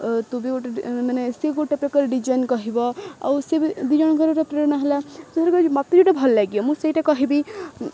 ତୁ ବି ଗୋଟେ ମାନେ ସେ ଗୋଟେ ପ୍ରକାର ଡିଜାଇନ୍ କହିବ ଆଉ ସେ ବି ଦୁଇ ଜଣଙ୍କର ପ୍ରେରଣା ହେଲା ତା'ର ମୋତେ ଗୋଟେ ଭଲ ଲାଗେ ମୁଁ ସେଇଟା କହିବି